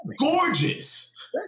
gorgeous